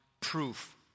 proof